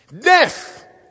Death